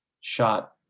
shot